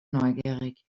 neugierig